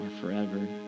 forever